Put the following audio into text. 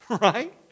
Right